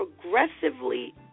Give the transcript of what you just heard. progressively